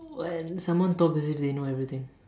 when someone talks as if they know everything